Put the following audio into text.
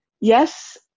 Yes